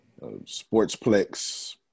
sportsplex